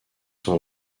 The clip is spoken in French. sont